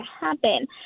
happen